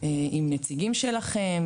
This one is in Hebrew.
עם נציגים שלכם,